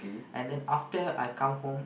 and then after I come home